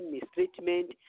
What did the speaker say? mistreatment